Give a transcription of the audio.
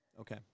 Okay